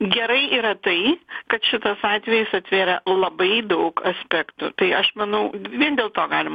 gerai yra tai kad šitas atvejis atvėrė labai daug aspektų tai aš manau vien dėl to galima